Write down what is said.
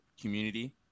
community